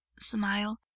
smile